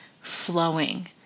Flowing